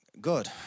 Good